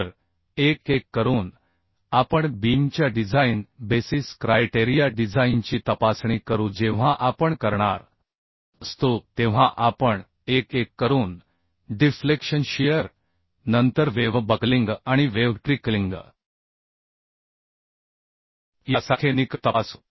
तर एक एक करून आपण बीमच्या डिझाइन बेसिस क्रायटेरिया डिझाइनची तपासणी करू जेव्हा आपण करणार असतो तेव्हा आपण एक एक करून डिफ्लेक्शन शियर नंतर वेव्ह बकलिंग आणि वेव्ह ट्रिकलिंग यासारखे निकष तपासू